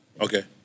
Okay